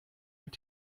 mit